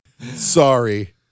Sorry